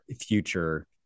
future